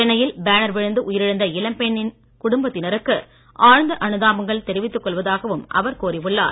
சென்னையில் பேனர் விழுந்து உயிர் இழந்த இளம் பெண்ணின் குடும்பத்தினருக்கு ஆழ்ந்த அனுதாபங்கள் தெரிவித்துக் கொள்வதாகவும் அவர் கூறியுள்ளார்